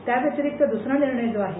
त्यावेतिरिक्त द्सरा निर्णय जो आहे